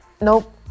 nope